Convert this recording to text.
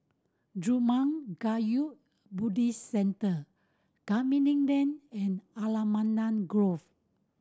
Zurmang Kagyud Buddhist Centre Canning Lane and Allamanda Grove